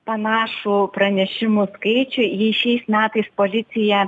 panašų pranešimų skaičių jei šiais metais policija